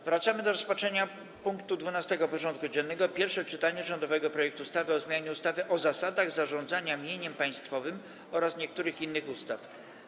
Powracamy do rozpatrzenia punktu 12. porządku dziennego: Pierwsze czytanie rządowego projektu ustawy o zmianie ustawy o zasadach zarządzania mieniem państwowym oraz niektórych innych ustaw.